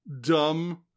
dumb